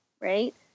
right